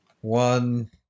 One